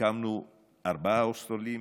הקמנו ארבעה הוסטלים,